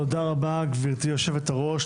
תודה רבה, גברתי יושבת הראש.